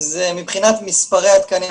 זה מבחינת מספרי התקנים,